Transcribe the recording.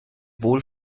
wohl